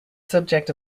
subject